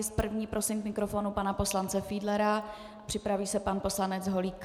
S první prosím k mikrofonu pana poslance Fiedlera, připraví se pan poslanec Holík.